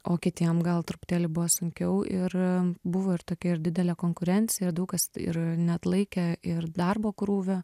o kitiem gal truputėlį buvo sunkiau ir buvo ir tokia ir didelė konkurencija ir daug kas ir neatlaikė ir darbo krūvio